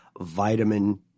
vitamin